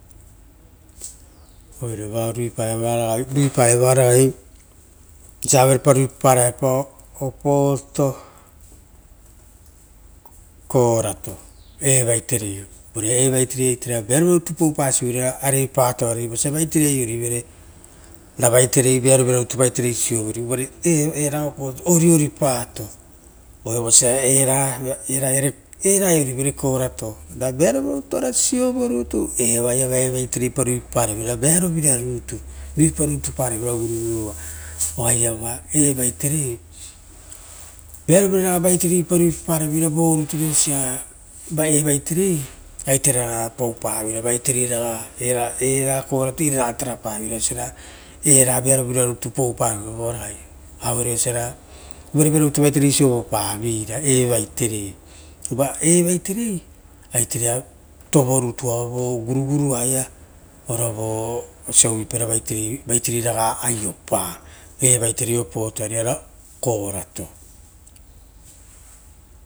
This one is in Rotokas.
Oire vao aue tuipavao raga osia aupa vuipa paraepao opoto ora korato uvare evaiterei vearopievira rutu poupasiviro ora arei patoare, vosia vaitere aiorivere ravaitai vearovira rutu vatooi sovorivere ora era opoto oriori pato, uvavosia era aiorivere korato a vearopie. Vira rutu ora siovouvere eva oaia evaitere pa ruipa rutu paraveira vova gorigoria oaiava evaitere vearovira raga vaitere pa vea arovi raraga ruipa parovere vo rutu re osia evaite raga paupavera era korato era ragare tarapaveira era kearovira rutu pouparoviro vo ragai auere oisora vearovira rutu vaiterei sovopairera evai terei. Uva evai terei aiterea tovoava vo goru goru aia ora vo oasia uvuipara. Vaiterei raga aiopa, evaiterei opotoa rei ora ro korato.